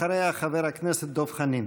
אחריה, חבר הכנסת דב חנין.